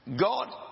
God